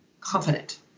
confident